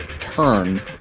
turn